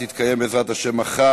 את לוקחת אותנו כמובן מאליו?